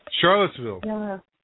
Charlottesville